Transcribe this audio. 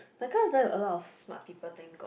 my class don't have a lot of smart people thank god